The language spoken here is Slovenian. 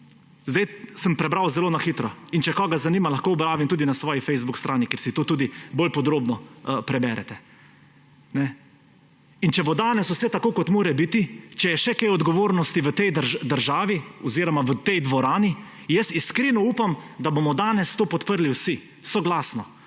Sedaj sem prebral zelo na hitro. In če koga zanima, lahko objavim tudi na svoji Facebook strani, kjer si lahko to tudi bolj podrobno preberete. In če bo danes vse tako, kot mora biti, če je še kaj odgovornosti v tej državi oziroma v tej dvorani, jaz iskreno upam, da bomo danes to podprli vsi, soglasno.